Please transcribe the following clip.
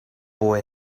boy